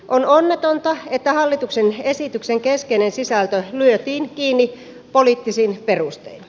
on onnetonta että hallituksen esityksen keskeinen sisältö lyötiin kiinni poliittisin perustein